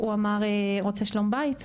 הוא אמר רוצה שלום בית.